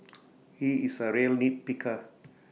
he is A real nitpicker